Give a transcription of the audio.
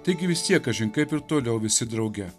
taigi vis tiek kažin kaip ir toliau visi drauge